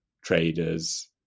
traders